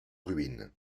ruines